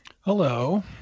Hello